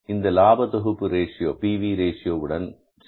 இதனை லாப தொகுப்பு ரேஷியோ PV Ratioவுடன் செய்ய வேண்டும்